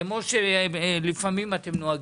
כמו שלפעמים אתם נוהגים,